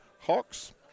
Hawks